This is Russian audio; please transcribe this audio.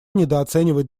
недооценивать